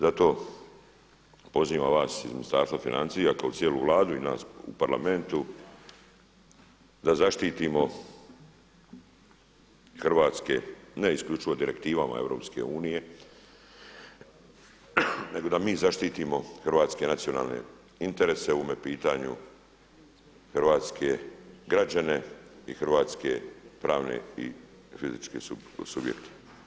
Zato pozivam vas iz Ministarstva financija kao i cijelu Vladu i nas u Parlamentu da zaštitimo hrvatske, ne isključivo direktivama EU, nego da mi zaštitimo hrvatske nacionalne interese u ovome pitanju, hrvatske građane i hrvatske pravne i fizičke subjekte.